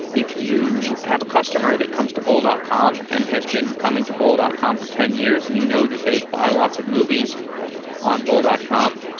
if you have a customer that comes to bol dot com and has been coming to bol dot com for ten years and you know that they buy lots of movies on bol dot com,